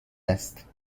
است